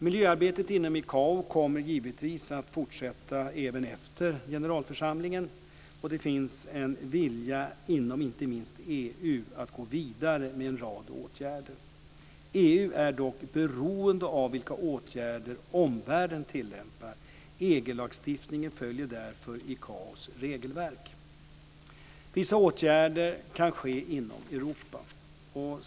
Miljöarbetet inom ICAO kommer givetvis att fortsätta även efter generalförsamlingen. Det finns en vilja inom inte minst EU att gå vidare med en rad åtgärder. EU är dock beroende av vilka åtgärder omvärlden tillämpar. EG-lagstiftningen följer därför Vissa åtgärder kan ske inom Europa.